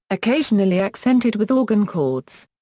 occasionally accented with organ chords.